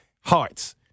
hearts